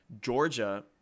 Georgia